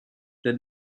denn